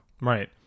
Right